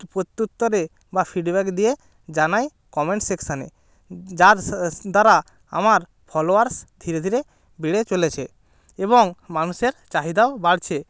প্রত্যুত্তরে বা ফিডব্যাক দিয়ে জানাই কমেন্ট সেকশানে যার দ্বারা আমার ফলোয়ার্স ধীরে ধীরে বেড়ে চলেছে এবং মানুষের চাহিদাও বাড়ছে